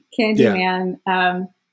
Candyman